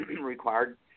required